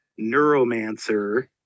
Neuromancer